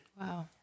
Wow